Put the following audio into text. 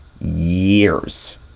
years